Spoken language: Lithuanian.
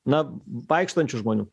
na vaikštančių žmonių